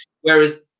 whereas